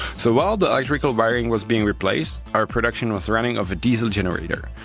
so while the electrical wiring was being replaced, our production was running of a diesel generator.